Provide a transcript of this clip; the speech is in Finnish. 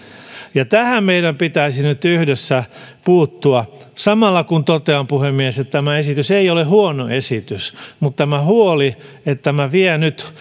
tähän meidän pitäisi nyt yhdessä puuttua samalla kun totean puhemies että tämä esitys ei ole huono esitys mutta tämä huoli että tämä vie nyt